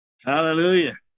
hallelujah